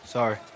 Sorry